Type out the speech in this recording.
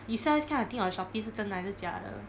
you sell this kind of thing on shopee 是真的还是假的